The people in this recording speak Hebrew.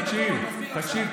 תקשיב,